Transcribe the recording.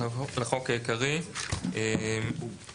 לחוק העיקרי - (1)ברישה,